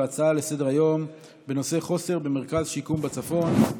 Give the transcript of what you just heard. הצעות לסדר-היום בנושא: חוסר במרכז שיקום בצפון,